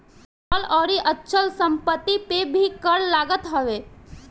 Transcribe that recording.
चल अउरी अचल संपत्ति पे भी कर लागत हवे